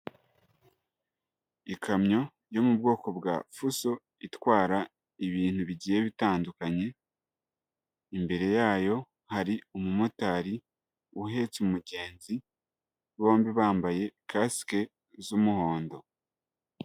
Ikamyo yo mu bwoko bwa fuso itwara ibintu bigiye bitandukanye, imbere yayo hari umumotari uhetse umugenzi bombi bambaye kasike z'umuhondo.